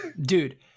Dude